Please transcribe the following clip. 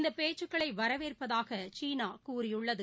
இந்தபேச்சுக்களைவரவேற்பதாகசீனாகூறியுள்ளது